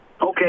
okay